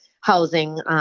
housing